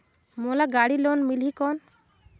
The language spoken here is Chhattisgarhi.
मोला गाड़ी लोन मिलही कौन?